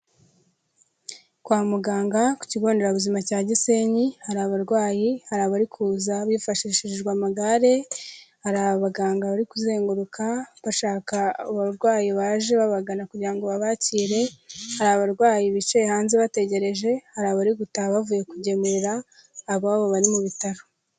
Kwa muganga ku kigo nderabuzima cya Gisenyi, hari abarwayi, hari abari kuza bifashishijwe amagare, hari abaganga bari kuzenguruka, bashaka abarwayi baje babagana kugira ngo babakire, hari abarwayi bicaye hanze bategereje, hari abari gutaha bavuye kugemurira, ababo bari mu bitaro.